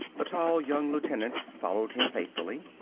the tall young lieutenant followed him faithfully.